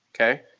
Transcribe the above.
Okay